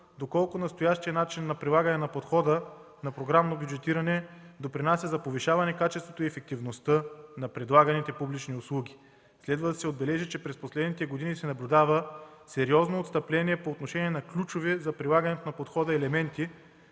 доколко настоящият начин на прилагане на подхода на програмно бюджетиране допринася за повишаване качеството и ефективността на предлаганите публични услуги. Следва да се отбележи, че през последните години се наблюдава сериозно отстъпление по отношение на ключови за прилагане на подхода елементи,